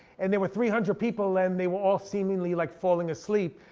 and there were three hundred people, and they were all seemingly like falling asleep,